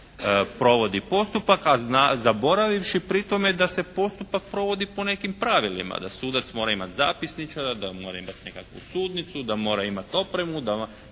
provodi postupak, a zaboravivši pri tome da se postupak provodi po nekim pravilima. Da sudac mora imati zapisničara, da on mora imati nekakvu sudnicu, da mora imati opremu. I zato